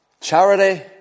Charity